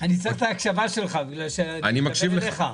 כי גם כך הדבר לא רלוונטי בעניין הזה של העמותות.